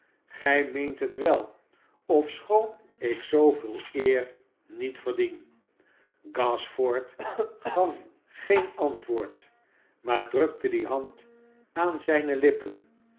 sgij meent het wel ofschoon ik zooveel eer niet verdien gashford gaf geen antwoord maar drukte die hand aan zijne lippen